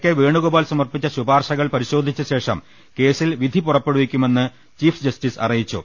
K Venugopal സമർപ്പിച്ച ശുപാർശകൾ പരി ശോധിച്ച ശേഷം കേസിൽ വിധി പുറപ്പെടുവിക്കുമെന്ന് chief justice Deepak Mishra അറിയിച്ചു